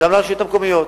גם לרשויות המקומיות,